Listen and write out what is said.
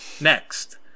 Next